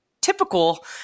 typical